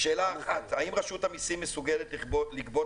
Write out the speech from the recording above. שאלה אחת: האם רשות המסים מסוגלת לגבות